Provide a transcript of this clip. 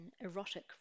erotic